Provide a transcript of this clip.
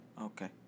Okay